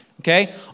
Okay